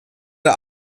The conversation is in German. der